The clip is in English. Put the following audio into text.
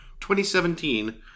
2017